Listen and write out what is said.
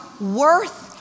worth